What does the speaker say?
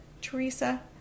Teresa